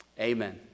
Amen